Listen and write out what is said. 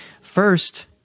First